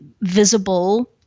visible